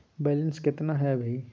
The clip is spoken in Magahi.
बैलेंस केतना हय अभी?